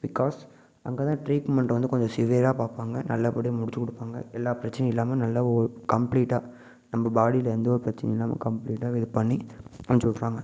because அங்கேதான் treatment வந்து கொஞ்சம் சிவியராக பார்ப்பாங்க நல்லபடியாக முடித்து கொடுப்பாங்க எல்லா பிரச்சனையும் இல்லாமல் நல்லா ஒரு கம்ப்ளீட்டாக நம்ம பாடியில் எந்த ஒரு பிரச்சனையும் இல்லாமல் கம்ப்ளீட்டாக இது பண்ணி அமுச்சுவிட்ருவாங்க